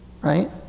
right